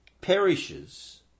perishes